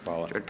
Hvala.